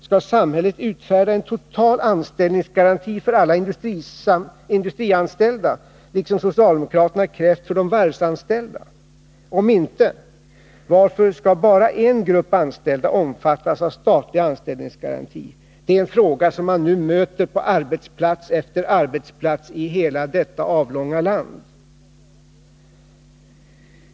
Skall samhället utfärda en total anställningsgaranti för alla industrianställda, liksom socialdemokraterna krävt för de varvsanställda? Om inte, varför skall bara en grupp anställda omfattas av statlig anställningsgaranti? Det är en fråga som man nu möter på arbetsplats efter arbetsplats i hela detta avlånga land.